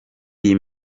iyi